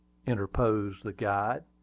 interposed the guide.